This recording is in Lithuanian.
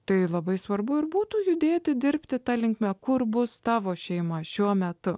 tai labai svarbu ir būtų judėti dirbti ta linkme kur bus tavo šeima šiuo metu